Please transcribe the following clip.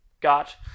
got